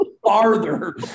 Farther